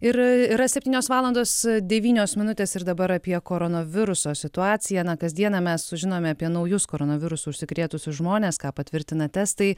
ir yra septynios valandos devynios minutės ir dabar apie koronaviruso situaciją na kasdieną mes sužinome apie naujus koronavirusu užsikrėtusius žmones ką patvirtina testai